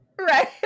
Right